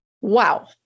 wow